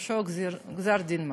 הפירוש הוא גזר-דין מוות,